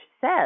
says